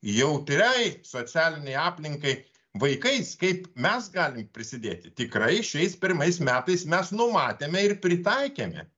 jautriai socialinei aplinkai vaikais kaip mes galim prisidėti tikrai šiais pirmais metais mes numatėme ir pritaikėme